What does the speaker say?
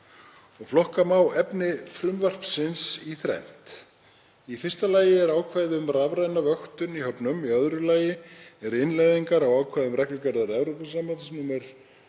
Flokka má efni frumvarpsins í þrennt. Í fyrsta lagi er ákvæði um rafræna vöktun í höfnum. Í öðru lagi er innleiðing á ákvæðum reglugerðar Evrópusambandsins